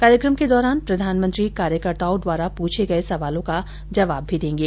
कार्यक्रम के दौरान प्रधानमंत्री कार्यकर्ताओं द्वारा पूछे गये सवालों का जवाब भी देंगे